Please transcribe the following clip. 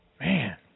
Man